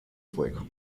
fuego